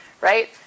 right